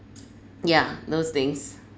yeah those things